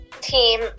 team